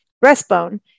breastbone